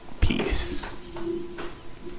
peace